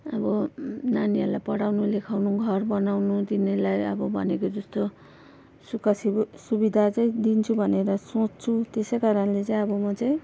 अब नानीहरूलाई पढाउनु लेखाउनु घर बनाउनु तिनीहरूलाई अब भनेको जस्तो सुख सिबु सुविधा चाहिँ दिन्छु भनेर सोच्छु त्यसै कारणले चाहिँ अब म चाहिँ